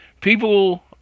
people